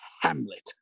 Hamlet